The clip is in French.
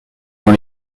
dans